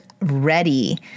ready